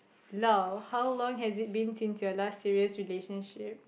lull how long has it been since your last serious relationship